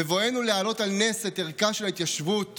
בבואנו להעלות על נס את ערכה של ההתיישבות